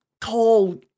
tall